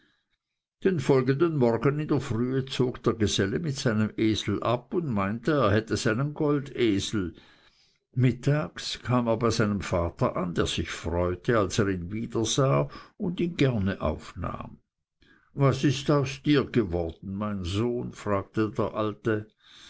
den folgenden morgen in der frühe zog der geselle mit seinem esel ab und meinte er hätte seinen goldesel mittags kam er bei seinem vater an der sich freute als er ihn wiedersah und ihn gerne aufnahm was ist aus dir geworden mein sohn fragte der alte